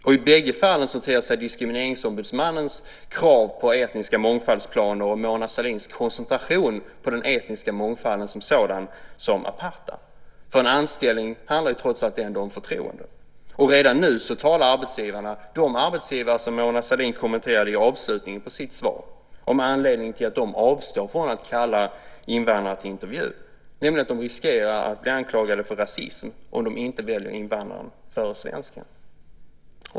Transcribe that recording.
I bägge fallen ter sig Diskrimineringsombudsmannens krav på etniska mångfaldsplaner och Mona Sahlins koncentration på den etniska mångfalden som sådan som aparta. En anställning handlar trots allt om förtroende. Redan nu talar de arbetsgivare Mona Sahlin kommenterade i avslutningen av sitt svar om anledningen till att de avstår från att kalla invandrare till intervju, nämligen att de riskerar att bli anklagade för rasism om de inte väljer invandraren före svensken.